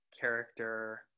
character